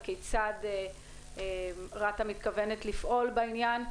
וכיצד רת"א מתכוונת לפעול בעניין.